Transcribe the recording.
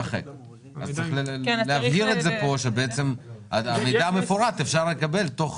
צריך להבהיר פה שאת המידע המפורט אפשר לקבל תוך